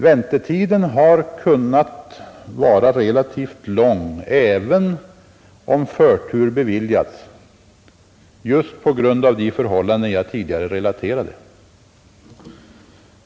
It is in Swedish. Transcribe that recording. Väntetiden har kunnat vara relativt lång, även om förtur beviljats, just på grund av de förhållanden jag tidigare relaterade.